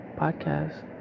podcast